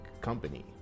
company